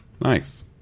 Nice